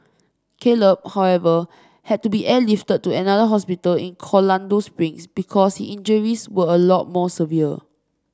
Caleb however had to be airlifted to another hospital in Colorado Springs because injuries were a lot more severe